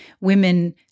women